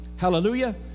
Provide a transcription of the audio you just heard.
hallelujah